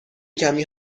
کمی